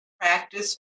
practice